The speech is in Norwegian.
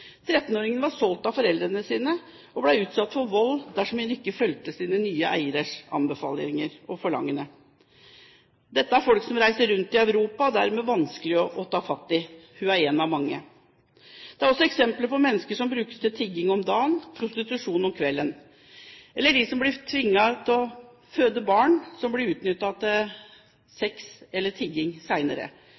var solgt av foreldrene sine og ble utsatt for vold dersom hun ikke fulgte sine nye «eiere»s anbefalinger og forlangende. Dette er folk som reiser rundt i Europa, og det er dermed vanskelig å ta fatt i. Hun er én av mange. Det er også eksempler på mennesker som brukes til tigging om dagen og prostitusjon om kvelden, som blir tvunget til å føde barn – barn som senere blir utnyttet til sex eller tigging